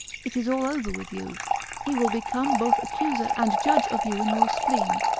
it is all over with you he will become both accuser and judge of you in your spleen,